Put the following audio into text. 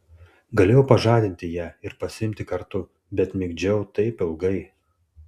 galėjau pažadinti ją ir pasiimti kartu bet migdžiau taip ilgai